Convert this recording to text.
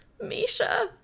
Misha